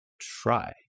try